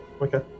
Okay